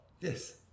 Yes